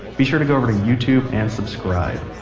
be sure to go over to youtube and subscribe.